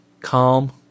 calm